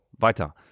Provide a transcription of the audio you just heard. Weiter